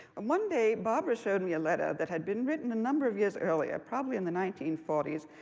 and one day barbara showed me a letter that had been written a number of years earlier, probably in the nineteen forty s,